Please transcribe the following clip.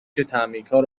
تعمیرکار